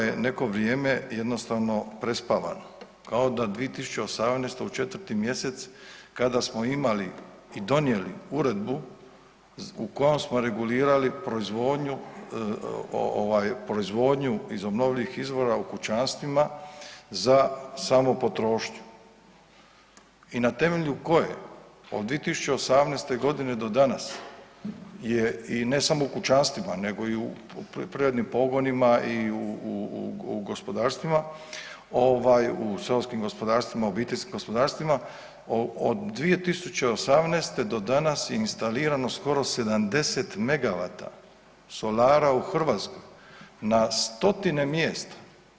neko vrijeme jednostavno prespavano, kao da 2018. u 4. mjesec kada smo imali i donijeli uredbu u kojoj smo regulirali proizvodnju ovaj proizvodnju iz obnovljivih izvora u kućanstvima za samo potrošnju i na temelju koje od 2018.g. do danas je i ne samo u kućanstvima nego i u privatnim pogonima i u, u gospodarstvima, ovaj u seoskim gospodarstvima, obiteljskim gospodarstvima od 2018. do danas instalirano skoro 70 megavata solara u Hrvatskoj na stotine mjesta.